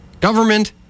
Government